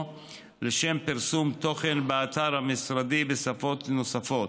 לשם פרסום תוכן באתר המשרדי בשפות נוספות,